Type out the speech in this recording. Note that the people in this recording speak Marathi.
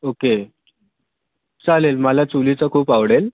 ओके चालेल मला चुलीचं खूप आवडेल